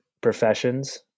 professions